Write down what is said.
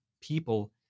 people